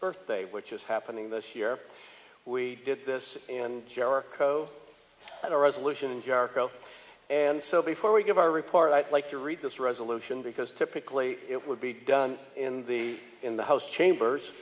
birthday which is happening this year we did this in jericho at a resolution in jericho and so before we give our report i'd like to read this resolution because typically it would be done in the in the house chambers